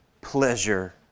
pleasure